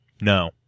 No